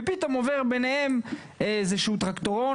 ופתאום עובר ביניהם איזשהו טרקטורון,